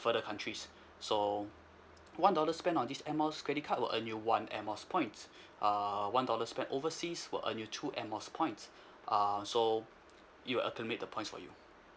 further countries so one dollar spent on this air miles credit card will earn you one air miles points uh one dollar spent overseas will earn you two air miles points err so it will accumulate the points for you